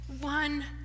one